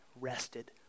rested